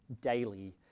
daily